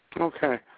Okay